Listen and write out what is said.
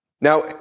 Now